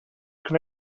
can